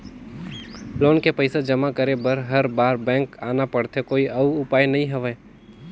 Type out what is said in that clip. Loan के पईसा जमा करे बर हर बार बैंक आना पड़थे कोई अउ उपाय नइ हवय?